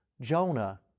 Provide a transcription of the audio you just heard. Jonah